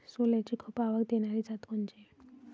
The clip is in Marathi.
सोल्याची खूप आवक देनारी जात कोनची?